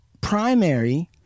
primary